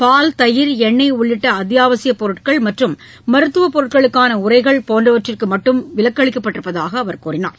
பால் தயிர் எண்ணெய் உள்ளிட்ட அத்தியாவசிய பொருட்கள் மற்றும் மருத்துவ பொருட்களுக்கான உரைகள் போன்றவற்றிற்கு மட்டும் விலக்கு அளிக்கப்பட்டிருப்பதாக அவர் கூறினார்